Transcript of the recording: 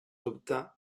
dubte